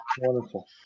wonderful